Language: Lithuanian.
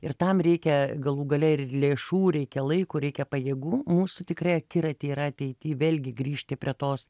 ir tam reikia galų gale ir lėšų reikia laiko reikia pajėgų mūsų tikrai akiratyje yra ateity vėlgi grįžti prie tos